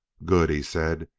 good! he said,